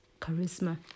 charisma